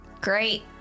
Great